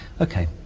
Okay